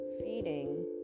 feeding